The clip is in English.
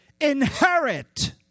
inherit